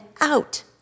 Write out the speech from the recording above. out